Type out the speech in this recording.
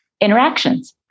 interactions